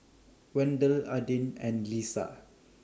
Wendel Adin and Leesa